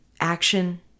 Action